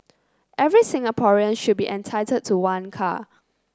every Singaporean should be entitled to one car